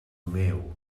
meu